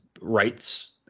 rights